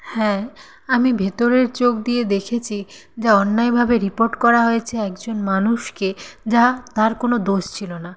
হ্যাঁ আমি ভিতরের চোখ দিয়ে দেখেছি যা অন্যায়ভাবে রিপোর্ট করা হয়েছে একজন মানুষকে যা তার কোনো দোষ ছিল না